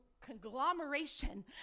conglomeration